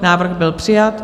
Návrh byl přijat.